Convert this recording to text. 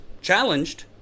challenged